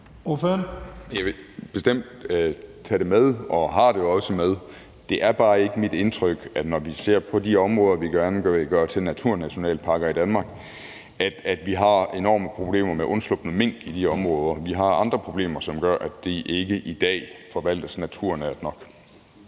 Jeg vil bestemt tage det med og har det også med. Det er bare ikke mit indtryk, når vi ser på de områder, vi gerne vil gøre til naturnationalparker i Danmark, at vi har enorme problemer med undslupne mink i de områder. Vi har andre problemer, som gør, at de ikke i dag forvaltes naturnært nok.